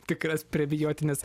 tikras prebiotines